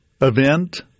event